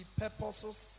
purposes